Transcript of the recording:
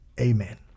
Amen